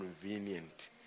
convenient